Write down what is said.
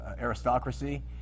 aristocracy